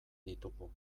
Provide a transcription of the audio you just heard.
ditugu